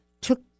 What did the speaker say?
took